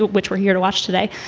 which we're here to watch today.